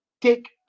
take